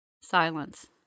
Silence